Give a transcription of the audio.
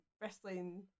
wrestling